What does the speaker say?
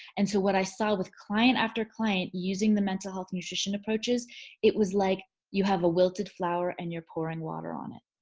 and so what i saw with client after client using the mental health nutrition approaches it was like, like, you have a wilted flower and you're pouring water on it.